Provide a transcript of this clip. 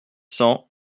cents